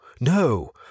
no